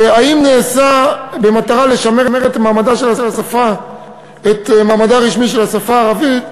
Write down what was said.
ומה נעשה במטרה לשמר את מעמדה הרשמי של השפה הערבית?